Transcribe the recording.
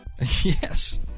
Yes